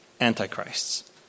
Antichrists